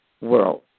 world